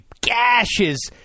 gashes